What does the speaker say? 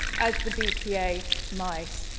as the bpa mice.